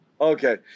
Okay